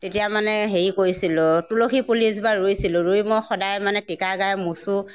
তেতিয়া মানে হেৰি কৰিছিলোঁ তুলসী পুলি এজোপা ৰুইছিলোঁ ৰুই মই সদাই মানে তিতা গায়ে মোচোঁ